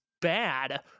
bad